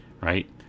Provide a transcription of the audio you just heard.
right